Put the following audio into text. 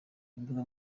imbuga